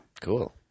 cool